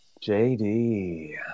JD